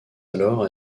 alors